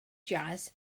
jazz